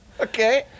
Okay